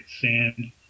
sand